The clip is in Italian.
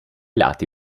lati